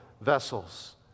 vessels